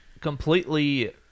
completely